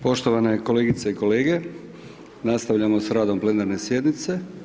Poštovane kolegice i kolege, nastavljamo sa radom plenarne sjednice.